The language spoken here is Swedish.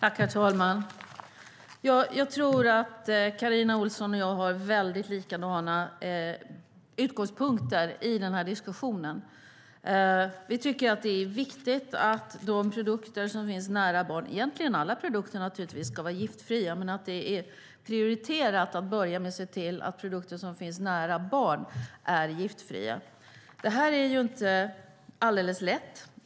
Herr talman! Jag tror att Carina Ohlsson och jag har väldigt lika utgångspunkter i diskussionen. Vi tycker att det är viktigt att de produkter som finns nära barn, egentligen alla produkter, ska vara giftfria. Men det är prioriterat att börja med att se till att produkter som finns nära barn är giftfria. Det är inte alldeles lätt.